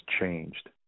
changed